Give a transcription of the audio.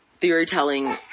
theory-telling